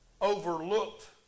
overlooked